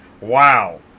Wow